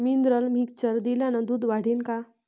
Mineral mixture दिल्यानं दूध वाढीनं का?